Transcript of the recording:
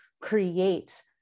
create